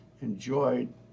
enjoyed